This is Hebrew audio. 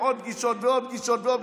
עוד פגישות ועוד פגישות,